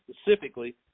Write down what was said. specifically